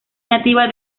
nativa